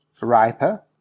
riper